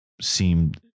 seemed